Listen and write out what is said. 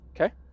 Okay